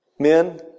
Men